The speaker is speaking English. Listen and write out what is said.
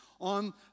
on